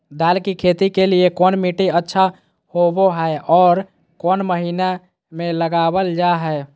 दाल की खेती के लिए कौन मिट्टी अच्छा होबो हाय और कौन महीना में लगाबल जा हाय?